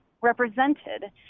represented